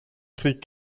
krieg